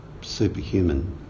superhuman